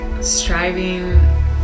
striving